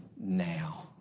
now